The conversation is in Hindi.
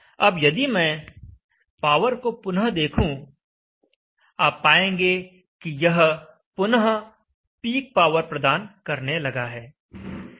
अब यदि मैं पावर को पुनः देखूं आप पाएंगे कि यह पुनः पीक पावर प्रदान करने लगा है